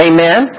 Amen